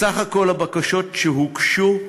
סך כל הבקשות שהוגשו,